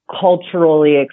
culturally